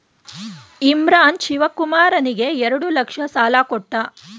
ಇಮ್ರಾನ್ ಶಿವಕುಮಾರನಿಗೆ ಎರಡು ಲಕ್ಷ ಸಾಲ ಕೊಟ್ಟ